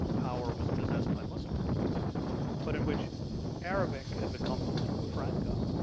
power was possessed by muslims but in which arabic had become the lingua franca